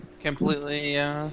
completely